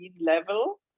level